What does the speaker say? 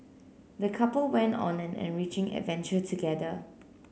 the couple went on an enriching adventure together